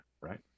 right